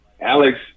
Alex